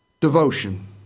devotion